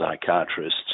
psychiatrists